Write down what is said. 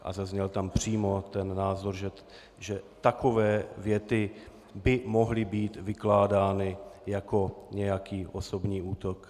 A zazněl tam přímo ten názor, že takové věty by mohly být vykládány jako nějaký osobní útok.